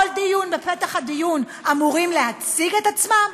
כל דיון, בפתח הדיון, אמורים להציג את עצמם.